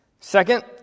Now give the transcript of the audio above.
Second